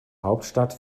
hauptstadt